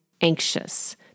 anxious